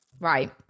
right